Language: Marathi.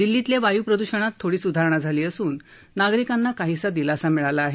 दिल्लीतल्या वाय् प्रदुषणात थोडी सुधारणा झाली असून नागरिकांना काहीसा दिलासा मिळाला आहे